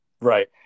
Right